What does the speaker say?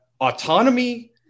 autonomy